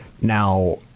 Now